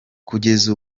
kugeza